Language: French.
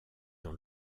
dans